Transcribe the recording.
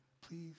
please